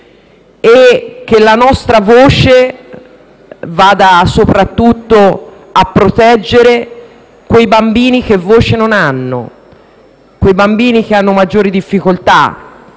che la nostra voce vada soprattutto a proteggere quei bambini che voce non hanno e con maggiori difficoltà.